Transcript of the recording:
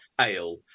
ale